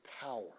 power